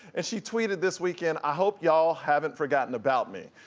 and she tweeted this weekend, i hope y'all haven't forgotten about me.